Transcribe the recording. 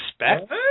expect